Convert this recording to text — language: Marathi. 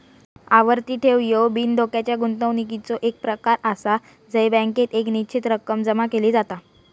आवर्ती ठेव ह्यो बिनधोक्याच्या गुंतवणुकीचो एक प्रकार आसा जय बँकेत एक निश्चित रक्कम जमा केली जाता